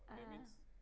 (uh huh)